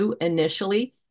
initially